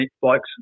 bikes